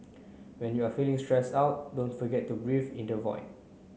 when you are feeling stressed out don't forget to breathe into void